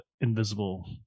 invisible